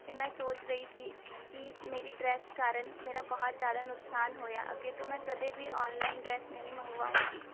ਅਤੇ ਮੈਂ ਸੋਚ ਰਹੀ ਸੀ ਕਿ ਮੇਰੀ ਡਰੈਸ ਕਾਰਨ ਮੇਰਾ ਬਹੁਤ ਜ਼ਿਆਦਾ ਨੁਕਸਾਨ ਹੋਇਆ ਅੱਗੇ ਤੋਂ ਮੈਂ ਕਦੇ ਵੀ ਔਨਲਾਈਨ ਡਰੈਸ ਨਹੀਂ ਮੰਗਵਾਊਂਗੀ